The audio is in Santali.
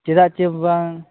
ᱪᱮᱫᱟᱜ ᱪᱮ ᱵᱟᱝ